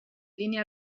línia